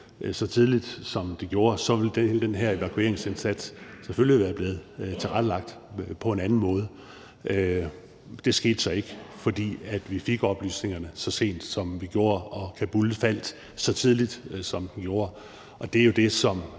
så tidligt som den gjorde, så ville hele den her evakueringsindsats selvfølgelig være blevet tilrettelagt på en anden måde. Det skete så ikke, fordi vi fik oplysningerne, så sent som vi gjorde, og Kabul faldt, så tidligt som den gjorde,